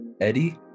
Eddie